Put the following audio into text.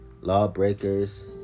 lawbreakers